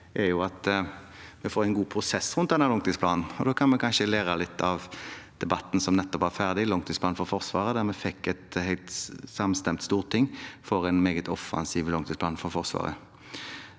er at vi får en god prosess rundt denne langtidsplanen, og da kan vi kanskje lære litt av debatten som nettopp er ferdig, om langtidsplanen for Forsvaret, der et samstemt storting var for en meget offensiv langtidsplan for Forsvaret.